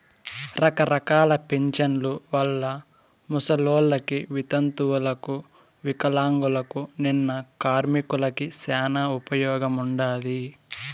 రకరకాల పింఛన్ల వల్ల ముసలోళ్ళకి, వితంతువులకు వికలాంగులకు, నిన్న కార్మికులకి శానా ఉపయోగముండాది